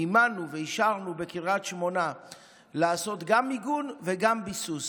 מימנו ואישרנו בקריית שמונה לעשות גם מיגון וגם ביסוס,